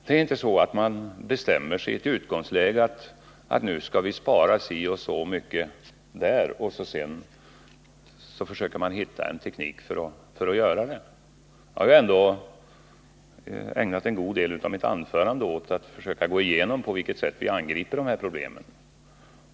Det är inte så att man i utgångsläget bestämmer sig för att nu skall vi spara si och så mycket och sedan försöker hitta en teknik för att göra det. Jag har ändå ägnat en god del av mitt anförande till att försöka gå igenom på vilket sätt vi angriper de här problemen.